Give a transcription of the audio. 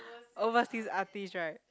overseas artist right